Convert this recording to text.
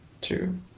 two